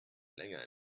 länger